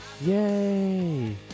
Yay